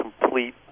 complete